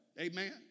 Amen